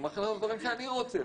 אני מאחל לך דברים שאני רוצה,